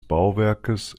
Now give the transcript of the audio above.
bauwerkes